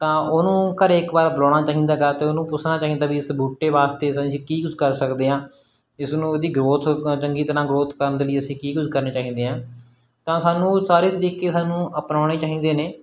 ਤਾਂ ਉਹਨੂੰ ਘਰ ਇੱਕ ਵਾਰ ਬੁਲਾਉਣਾ ਚਾਹੀਦਾ ਗਾ ਅਤੇ ਉਹਨੂੰ ਪੁੱਛਣਾ ਚਾਹੀਦਾ ਵੀ ਇਸ ਬੂਟੇ ਵਾਸਤੇ ਅਸੀਂ ਕੀ ਕੁਝ ਕਰ ਸਕਦੇ ਹਾਂ ਇਸ ਨੂੰ ਇਹਦੀ ਗਰੋਥ ਚੰਗੀ ਤਰ੍ਹਾਂ ਗਰੋਥ ਕਰਨ ਦੇ ਲਈ ਅਸੀਂ ਕੀ ਕੁਝ ਕਰਨੇ ਚਾਹੀਦੇ ਆ ਤਾਂ ਸਾਨੂੰ ਉਹ ਸਾਰੇ ਤਰੀਕੇ ਸਾਨੂੰ ਅਪਣਾਉਣੇ ਚਾਹੀਦੇ ਨੇ